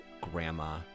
Grandma